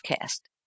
cast